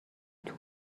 توپ